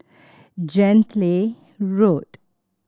Gently Road